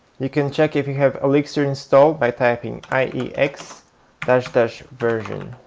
you can check if you have elixir installed by typing iex version.